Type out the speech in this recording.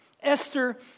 Esther